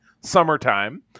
summertime